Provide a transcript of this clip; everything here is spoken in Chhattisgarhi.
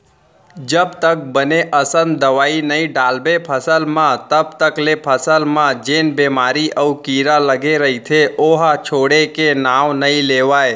जब तक बने असन दवई नइ डालबे फसल म तब तक ले फसल म जेन बेमारी अउ कीरा लगे रइथे ओहा छोड़े के नांव नइ लेवय